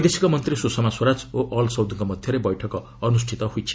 ବୈଦେଶିକ ମନ୍ତ୍ରୀ ସୁଷମା ସ୍ୱରାଜ ଓ ଅଲ୍ସୌଦଙ୍କ ମଧ୍ୟରେ ବୈଠକ ଅନୁଷ୍ଠିତ ହୋଇଛି